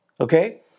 okay